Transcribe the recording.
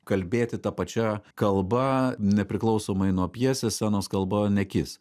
kalbėti ta pačia kalba nepriklausomai nuo pjesės scenos kalba nekis